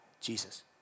Jesus